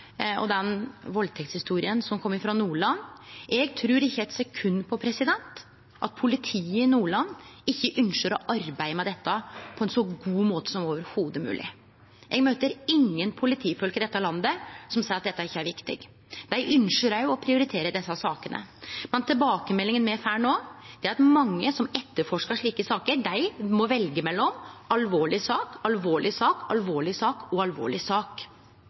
og hennar valdtektshistorie frå Nordland. Eg trur ikkje eitt sekund at politiet i Nordland ikkje ynskjer å arbeide med dette på ein så god måte som mogleg. Eg møter ingen politifolk i dette landet som seier at dette ikkje er viktig. Dei ynskjer òg å prioritere desse sakene. Men tilbakemeldinga me får no, er at mange som etterforskar slike saker, må velje mellom alvorleg sak, alvorleg sak, alvorleg sak og alvorleg sak.